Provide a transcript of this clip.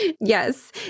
Yes